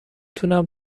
تونم